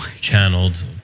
channeled